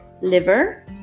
liver